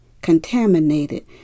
contaminated